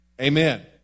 Amen